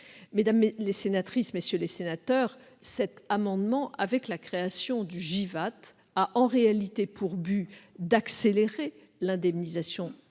Mesdames les sénatrices, messieurs les sénateurs, cet amendement, avec la création du JIVAT, a en réalité pour objet d'accélérer l'indemnisation